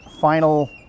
final